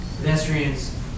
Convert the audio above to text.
pedestrians